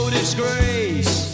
disgrace